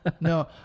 No